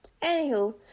Anywho